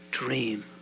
dream